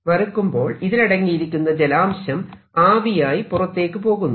വറുക്കുമ്പോൾ ഇതിലടങ്ങിയിരിക്കുന്ന ജലാംശം ആവിയായി പുറത്തേക്കു പോകുന്നു